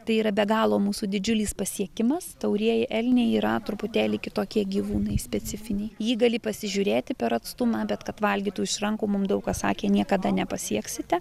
tai yra be galo mūsų didžiulis pasiekimas taurieji elniai yra truputėlį kitokie gyvūnai specifiniai jį gali pasižiūrėti per atstumą bet kad valgytų iš rankų mum daug kas sakė niekada nepasieksite